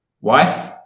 wife